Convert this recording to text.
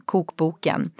Kokboken